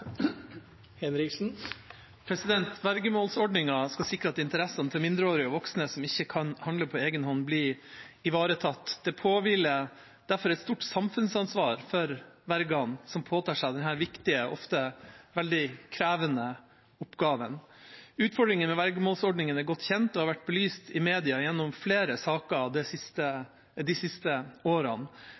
voksne som ikke kan handle på egen hånd, blir ivaretatt. Det påhviler derfor vergene som påtar seg denne viktige og ofte veldig krevende oppgaven, et stort samfunnsansvar. Utfordringen med vergemålsordningen er godt kjent og har vært belyst i media gjennom flere saker de siste årene.